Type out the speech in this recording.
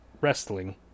wrestling